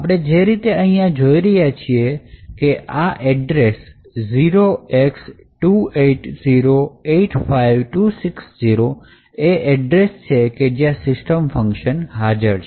આપણે જે રીતે અહીં જોઈ રહ્યા છીએ કે આ એડ્રેસ 0x28085260 એ એડ્રેસ છે કે જ્યાં system function હાજર છે